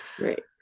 Right